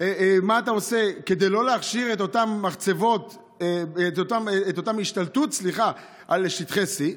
מה אתה עושה כדי לא להכשיר את אותה השתלטות על שטחי C?